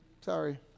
Sorry